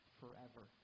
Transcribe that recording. forever